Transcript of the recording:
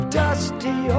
dusty